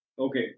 Okay